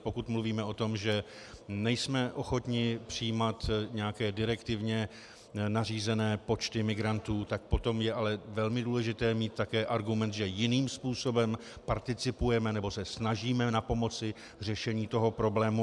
Pokud mluvíme o tom, že nejsme ochotni přijímat nějaké direktivně nařízené počty migrantů, tak potom je ale velmi důležité mít také argument, že jiným způsobem participujeme nebo se snažíme napomoci řešení problému.